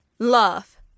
Love